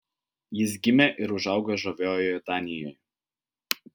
jis gimė ir užaugo žaviojoje danijoje